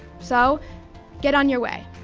so get on your way.